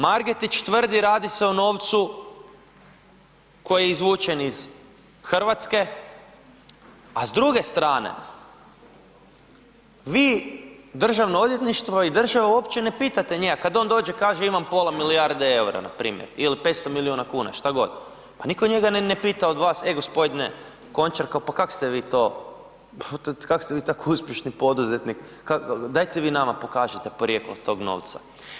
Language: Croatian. Margetić tvrdi radi se o novcu koji je izvučen iz Hrvatske, a s druge strane vi državno odvjetništvo i država uopće ne pitate njega kad on dođe i kaže imam pola milijarde EUR-a npr. ili 500 miliona kuna šta god, pa nitko njega ne pita od vas, e gospodine Končar pa kak ste vi to, kak ste vi tak uspješni poduzetnik, dajte vi nama pokažite porijeklo tog novca.